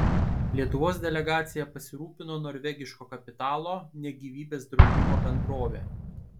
lietuvos delegacija pasirūpino norvegiško kapitalo ne gyvybės draudimo bendrovė